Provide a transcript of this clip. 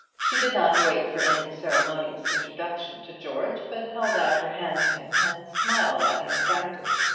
she did not wait for any ceremonious introduction to george, but held out her hand to him, and smiled at him frankly.